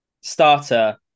starter